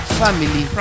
family